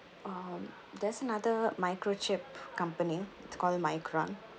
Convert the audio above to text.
uh there's another microchip company it's call micron